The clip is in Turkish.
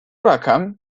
rakam